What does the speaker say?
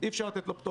אחר מערכת בחירות.